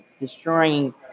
destroying